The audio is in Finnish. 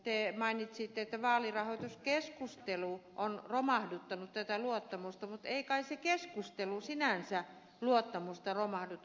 te mainitsitte että vaalirahoituskeskustelu on romahduttanut tätä luottamusta mutta ei kai se keskustelu sinänsä luottamusta romahduta